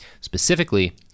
Specifically